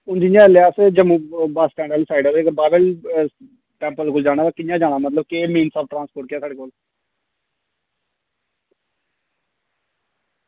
हुन जि'यां इलै अस जम्मू बस स्टैंड आह्ली साइड आए दे इ'यां बावे अल टैम्पल कोल जाना ते कि'यां जाना मतलब के मेन ट्रांसपोर्ट केह् ऐ साढ़े कोल